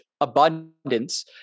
abundance